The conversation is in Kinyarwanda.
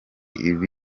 iba